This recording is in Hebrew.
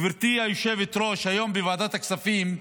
גברתי היושבת-ראש, היום בוועדת הכספים,